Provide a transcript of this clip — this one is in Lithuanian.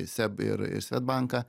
seb ir ir svedbanką